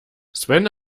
sven